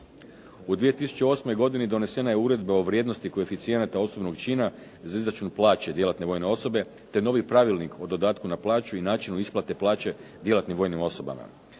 U 2008. godini donesena je uredba o vrijednosti koeficijenata osobnog čina za izračun plaće djelatne vojne osobe te novi pravilnik o dodatku na plaću i načinu isplate plaće djelatnim vojnim osobama.